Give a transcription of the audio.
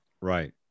right